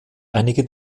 einige